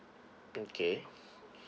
okay